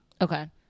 okay